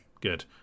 good